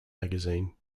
magazine